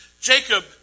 Jacob